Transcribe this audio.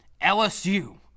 LSU